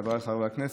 חבריי חברי הכנסת,